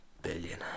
Billion